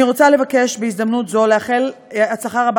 אני מבקשת בהזדמנות זו לאחל הצלחה רבה